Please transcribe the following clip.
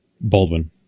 Baldwin